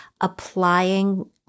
applying